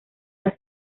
las